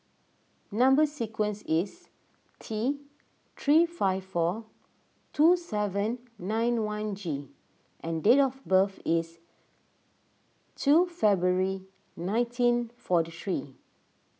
Number Sequence is T three five four two seven nine one G and date of birth is two February nineteen forty three